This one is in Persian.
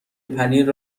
پنیر